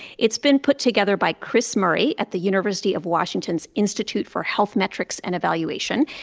it's been put together by chris murray at the university of washington's institute for health metrics and evaluation.